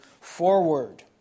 forward